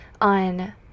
on